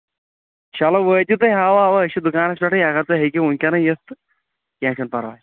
چلو وٲتِو تُہۍ اَوا اَوا أسۍ چھِ دُکانَس پیٚٹھٕے اَگر تُہۍ ہیٚکِو ؤنکیٚنٕے یِتھ تہٕ کیٚنٛہہ چھُنہٕ پَرواے